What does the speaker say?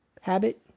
habit